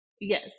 Yes